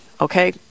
okay